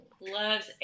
loves